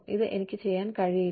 ഇത് എനിക്ക് ചെയ്യാൻ കഴിയില്ല